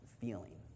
feeling